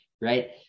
Right